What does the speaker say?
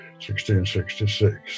1666